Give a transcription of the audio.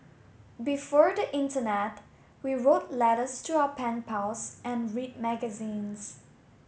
before the internet we wrote letters to our pen pals and read magazines